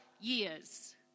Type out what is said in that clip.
years